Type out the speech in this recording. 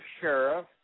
sheriff